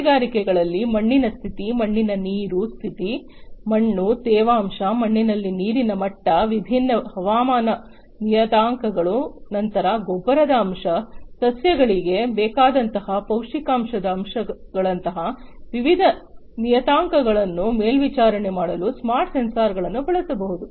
ಕೃಷಿ ಕೈಗಾರಿಕೆಗಳಲ್ಲಿ ಮಣ್ಣಿನ ಸ್ಥಿತಿ ಮಣ್ಣಿನಲ್ಲಿ ನೀರಿನ ಸ್ಥಿತಿ ಮಣ್ಣು ತೇವಾಂಶ ಮಣ್ಣಿನಲ್ಲಿ ನೀರಿನ ಮಟ್ಟ ವಿಭಿನ್ನ ಹವಾಮಾನ ನಿಯತಾಂಕಗಳು ನಂತರ ಗೊಬ್ಬರದ ಅಂಶ ಸಸ್ಯಗಳಿಗೆ ಬೇಕಾದಂತಹ ಪೌಷ್ಠಿಕಾಂಶದ ಅಂಶಗಳಂತಹ ವಿವಿಧ ನಿಯತಾಂಕಗಳನ್ನು ಮೇಲ್ವಿಚಾರಣೆ ಮಾಡಲು ಸ್ಮಾರ್ಟ್ ಸೆನ್ಸಾರ್ಗಳನ್ನು ಬಳಸಬಹುದು